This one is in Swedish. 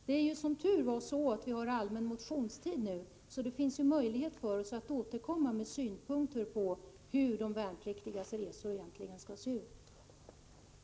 Det är tur att det är allmän motionstid just nu, så det finns möjligheter för oss att återkomma med synpunkter beträffande de värnpliktigas resor och med förslag till hur det egentligen borde vara.